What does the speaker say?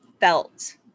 felt